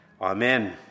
Amen